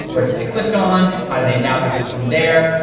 which they click on? how do they navigate from there,